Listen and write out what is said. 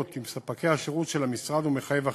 עם ספקי השירות של המשרד ומחייב אחידות,